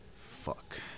fuck